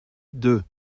deux